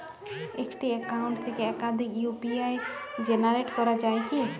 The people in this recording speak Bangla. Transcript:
একটি অ্যাকাউন্ট থেকে একাধিক ইউ.পি.আই জেনারেট করা যায় কি?